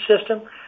system